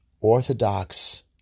Orthodox